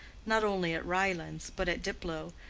not only at ryelands, but at diplow,